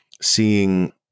seeing